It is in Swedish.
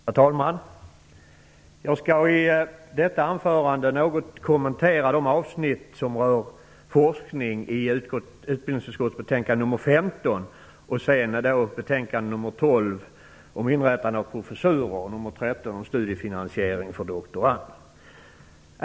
Herr talman! Jag skall i detta anförande något kommentera de avsnitt som rör forskning i utbildningsutskottets betänkande nr 15 samt betänkandena nr 12 om inrättandet av professurer och nr 13 om studiefinansieringen för doktorander.